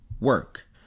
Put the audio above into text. work